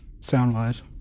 Sound-wise